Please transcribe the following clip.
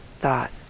thought